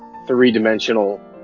Three-dimensional